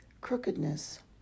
crookedness